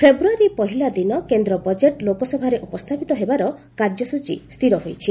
ଫେବୃୟାରୀ ପହିଲା ଦିନ କେନ୍ଦ୍ର ବଜେଟ୍ ଲୋକସଭାରେ ଉପସ୍ଥାପିତ ହେବାର କାର୍ଯ୍ୟସ୍ଟଚୀ ସ୍ଥିର ହୋଇଛି